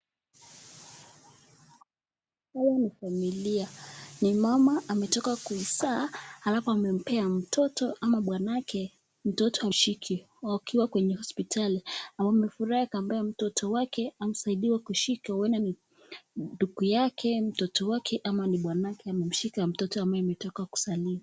Hawa ni familia ni mama ametoka kuzaa halafu amempea mtoto ama bwanake mtoto amshike wakiwa kwenye hospitali wamefurahi mtoto wake amesaidiwa kushikwa huwenda ni ndugu yake mtoto wake ama ni bwanaake amemshika mtoto ambaye ametoka kuzaliwa.